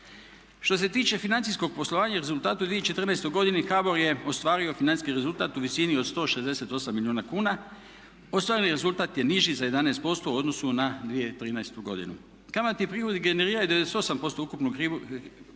Što se tiče financijskog poslovanja i rezultata u 2014. godini HBOR je ostvario financijski rezultat u visini od 168 milijuna kuna. Ostvareni rezultat je niži za 11% u odnosu na 2013. godinu. Kamatni prihodi generiraju 98% ukupnog prihoda